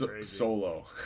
Solo